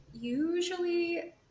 usually